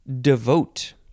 Devote